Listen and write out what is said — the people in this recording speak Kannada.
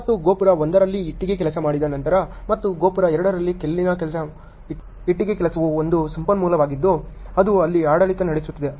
ಮತ್ತು ಗೋಪುರ 1 ರಲ್ಲಿ ಇಟ್ಟಿಗೆ ಕೆಲಸ ಮಾಡಿದ ನಂತರ ಮತ್ತು ಗೋಪುರ 2 ಕಲ್ಲಿನ ಇಟ್ಟಿಗೆ ಕೆಲಸವು ಒಂದು ಸಂಪನ್ಮೂಲವಾಗಿದ್ದು ಅದು ಅಲ್ಲಿ ಆಡಳಿತ ನಡೆಸುತ್ತಿದೆ